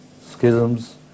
schisms